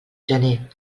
gener